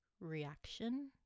reaction